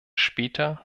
später